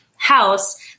house